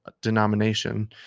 denomination